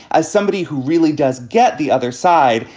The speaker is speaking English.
as somebody who really does get the other side.